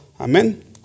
Amen